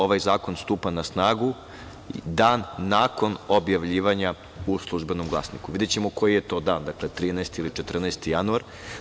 Ovaj zakon stupa na snagu dan nakon objavljivanja u „Službenom glasniku“, videćemo koji je to dan 13. ili 14. januar.